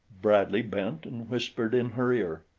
bradley bent and whispered in her ear.